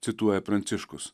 cituoja pranciškus